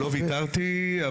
לא ויתרתי,